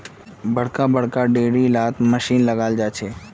बड़का बड़का डेयरी लात मशीन लगाल जाछेक